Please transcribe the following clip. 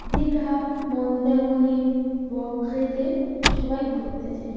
দীঘা মন্দারমণি বকখালিতে সবাই ঘুরতে যায়